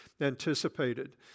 anticipated